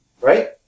Right